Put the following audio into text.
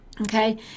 Okay